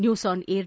news on air